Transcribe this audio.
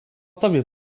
tobie